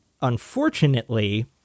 unfortunately